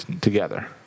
together